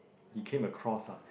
he came across ah